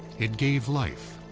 it gave life,